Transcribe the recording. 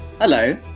Hello